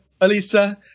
Alisa